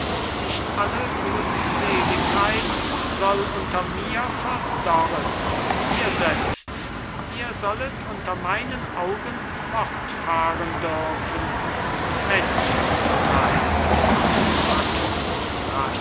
nicht alle glückseligkeit soll unter mir verdorren ihr selbst ihr sollet unter meinen augen fortfahren dürfen mensch zu sein